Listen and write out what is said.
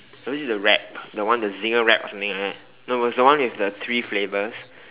so this is a wrap the one the Zinger wrap or something like that no it was the one with the three flavors